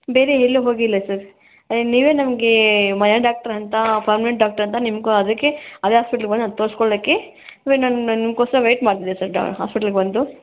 ಬೇರೆ ಎಲ್ಲೂ ಹೋಗಿಲ್ಲ ಸರ್ ನೀವೇ ನಮಗೆ ಮನೆ ಡಾಕ್ಟ್ರಂತ ಪರ್ಮನೆಂಟ್ ಡಾಕ್ಟ್ರಂತ ನಿಮಗೂ ಅದಕ್ಕೆ ಅದೇ ಹಾಸ್ಪಿಟ್ಲ್ಗೆ ಬಂದೆ ತೋರ್ಸ್ಕೊಳ್ಳಕ್ಕೆ ನನ್ನ ನನ್ನ ಕೋಸ್ಕರ ವೆಯ್ಟ್ ಮಾಡ್ತಿದ್ದೆ ಸರ್ ಹಾಸ್ಪಿಟ್ಲ್ಗೆ ಬಂದು